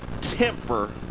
temper